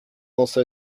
also